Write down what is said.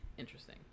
interesting